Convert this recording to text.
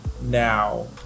now